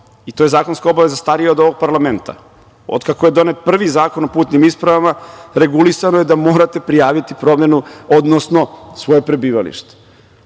i to je zakonska obaveza starija od ovog parlamenta. Otkako je donet prvi Zakon o putnim ispravama, regulisano je da morate prijaviti promenu, odnosno svoje prebivalište. Znam